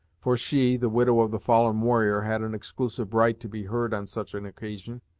for she, the widow of the fallen warrior, had an exclusive right to be heard on such an occasion.